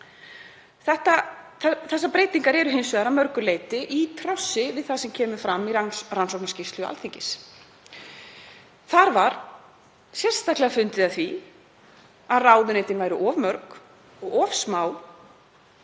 sem um ræðir eru hins vegar að mörgu leyti í trássi við það sem kemur fram í rannsóknarskýrslu Alþingis. Þar var sérstaklega fundið að því að ráðuneytin væru of mörg og of smá.